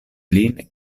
lin